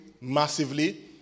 massively